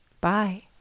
Bye